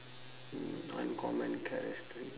mm uncommon characteristic